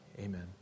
amen